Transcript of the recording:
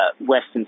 Western